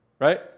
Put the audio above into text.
Right